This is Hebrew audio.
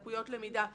לקויות למידה,